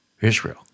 Israel